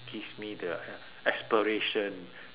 gives me the uh aspiration